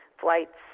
flights